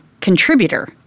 contributor